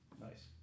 Nice